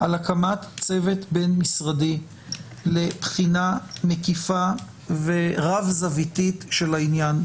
על הקמת צוות בין-משרדי לבחינה מקיפה ורב-זוויתית של העניין.